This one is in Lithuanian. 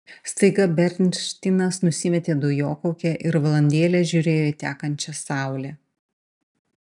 staiga bernšteinas nusimetė dujokaukę ir valandėlę žiūrėjo į tekančią saulę